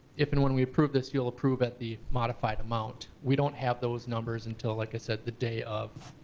if and when we approve this, you'll approve at the modified amount. we don't have those numbers until, like i said, the day of.